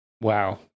Wow